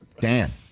Dan